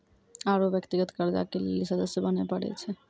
आरु व्यक्तिगत कर्जा के लेली सदस्य बने परै छै